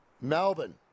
Melbourne